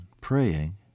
praying